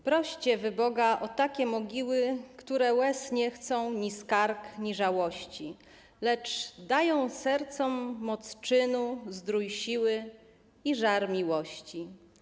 Proście wy Boga o takie mogiły, które łez nie chcą ni skarg, ni żałości, lecz dają sercom moc czynu, zdrój siły i żar miłości”